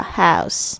house